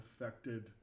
affected